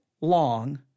long